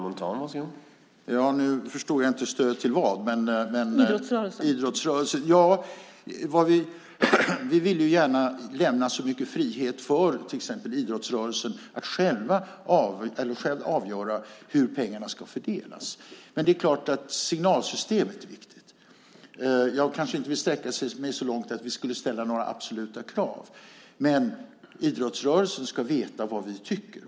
Herr talman! Nu förstod jag inte. Stöd till vad? : Idrottsrörelsen.) Vi vill ju gärna lämna mycket frihet till exempel till idrottsrörelsen att själv avgöra hur pengarna ska fördelas, men det är klart att signalsystemet är viktigt. Jag kanske inte vill sträcka mig så långt att vi skulle ställa några absoluta krav, men idrottsrörelsen ska veta vad vi tycker.